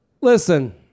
Listen